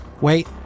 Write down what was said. Wait